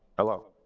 hello.